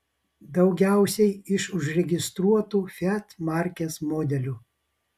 daugiausiai iš užregistruotų fiat markės modelių